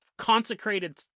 consecrated